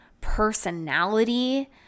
personality